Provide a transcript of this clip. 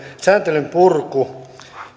sääntelyn purku